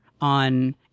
on